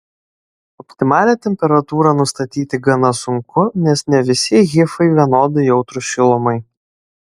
optimalią temperatūrą nustatyti gana sunku nes ne visi hifai vienodai jautrūs šilumai